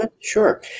Sure